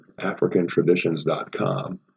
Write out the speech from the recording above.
africantraditions.com